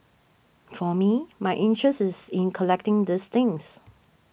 for me my interest is in collecting these things